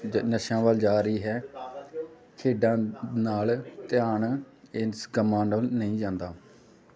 ਜ ਨਸ਼ਿਆਂ ਵੱਲ ਜਾ ਰਹੀ ਹੈ ਖੇਡਾਂ ਨਾਲ ਧਿਆਨ ਇਸ ਕੰਮਾਂ ਡ ਵੱਲ ਨਹੀਂ ਜਾਂਦਾ